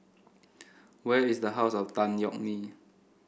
where is the House of Tan Yeok Nee